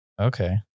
okay